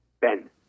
Ben